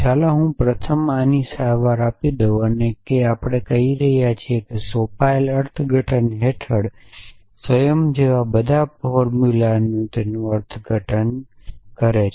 ચાલો હું પ્રથમ આની સારવાર આપી દઉં કે આપણે કહી રહ્યા છીએ કે સોંપાયેલ અર્થઘટન હેઠળ સ્વયં જેવા બધા માટેનું ફોર્મુલા તેથી અર્થઘટન શું કરે છે